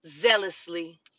zealously